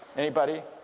anybody?